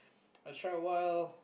I try awhile